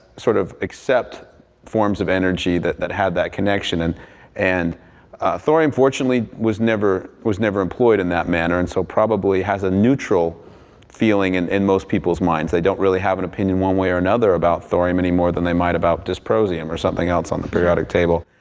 sort of accept forms of energy that that have that connection, and and thorium, fortunately, was never was never employed in that manner and so probably has a neutral feeling and in most people's minds. they don't really have an opinion one way or the and other about thorium any more than they would about dysprosium or something else on the periodic table.